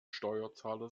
steuerzahler